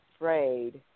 afraid